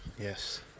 yes